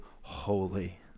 holy